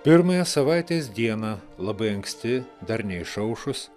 pirmąją savaitės dieną labai anksti dar neišaušus